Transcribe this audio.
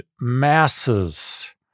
masses